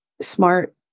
smart